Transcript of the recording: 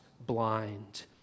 blind